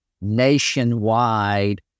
nationwide